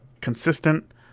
consistent